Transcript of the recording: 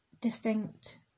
distinct